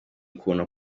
ukuntu